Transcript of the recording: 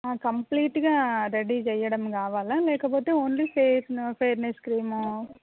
కంప్లీట్గా రెడీ చెయ్యడం కావాలా లేకపోతే ఓన్లీ ఫేస్నూ ఫెయిర్నెస్ క్రీము